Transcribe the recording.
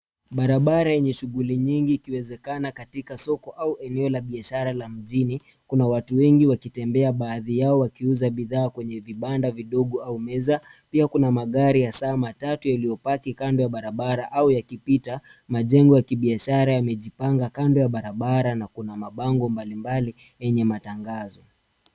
Barabara yenye shughuli nyingi ikiwezekana katika soko au eneo la biashara la mjini. Kuna watu wengi wakitembea baadhi yao wakiuza bidhaa kwenye vibanda vidogo au meza. Pia kuna magari hasa matatu yaliyopaki kando ya barabara au yakipita. Majengo ya biashara yamejipanga kando ya barabara na kuna mabango mbalimbali yenye matangazo.